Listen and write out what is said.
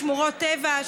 שמורות טבע,